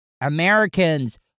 Americans